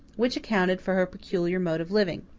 which accounted for her peculiar mode of living.